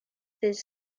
ddydd